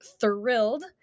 thrilled